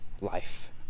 life